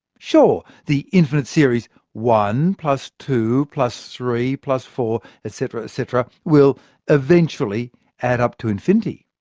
sure, the infinite series one plus two plus three plus four. etc etc will eventually add up to infinity.